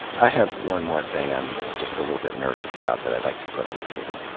i have one more thing i'm just a little bit nervous about that i'd like to put on the table.